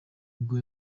bwo